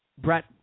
Brett